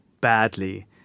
badly